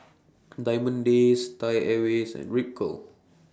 Diamond Days Thai Airways and Ripcurl